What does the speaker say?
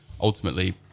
ultimately